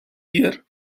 year